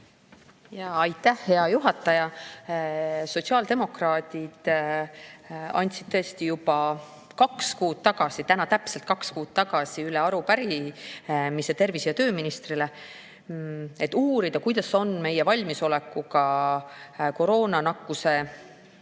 Aitäh, hea juhataja! Sotsiaaldemokraadid andsid tõesti juba kaks kuud tagasi, täna täpselt kaks kuud tagasi üle arupärimise tervise‑ ja tööministrile, et uurida, milline on meie valmisolek koroonanakkuse edasise